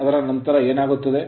ಅದರ ನಂತರ ಏನಾಗುತ್ತದೆ